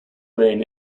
reign